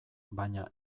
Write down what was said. baina